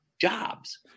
jobs